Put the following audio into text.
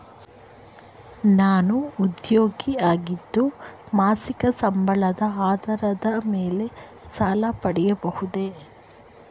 ನಾನು ಉದ್ಯೋಗಿ ಆಗಿದ್ದು ಮಾಸಿಕ ಸಂಬಳದ ಆಧಾರದ ಮೇಲೆ ಸಾಲ ಪಡೆಯಬಹುದೇ?